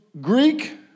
Greek